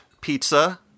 pizza